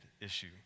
issue